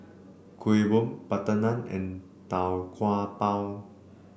Kuih Bom butter naan and Tau Kwa Pau